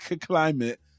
climate